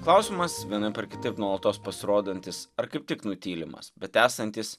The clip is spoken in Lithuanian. klausimas vienaip ar kitaip nuolatos pasirodantis ar kaip tik nutylimas bet esantis